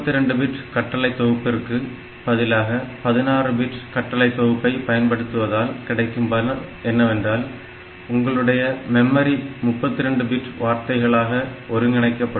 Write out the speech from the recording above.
32 bit கட்டளை தொகுப்பிற்கு பதிலாக 16 பிட் கட்டளை தொகுப்பை பயன்படுத்துவதால் கிடைக்கும் பலன் என்னவென்றால் உங்களுடைய மெமரி 32 பிட் வார்த்தையாக ஒருங்கிணைக்கப்படும்